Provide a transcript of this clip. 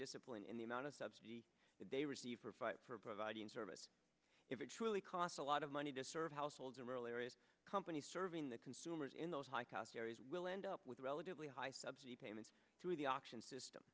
discipline in the amount of subsidy they receive provide for providing service if it truly costs a lot of money to serve households and rural areas companies serving the consumers in those high cost areas will end up with relatively high subsidy payments to the auction system